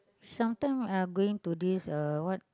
sometime I going to this uh what